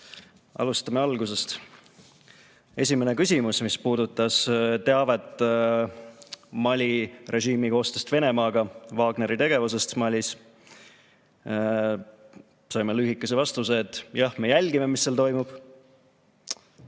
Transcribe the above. Alustame algusest. Esimene küsimus puudutas teavet Mali režiimi koostööst Venemaaga, Wagneri tegevusest Malis. Saime lühikese vastuse, et jah, me jälgime, mis seal toimub.